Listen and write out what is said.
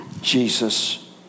Jesus